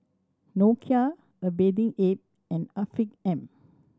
Nokia A Bathing Ape and Afiq M